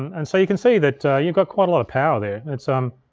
and so you can see that you've got quite a lot of power there. it's um